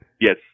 Yes